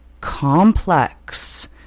complex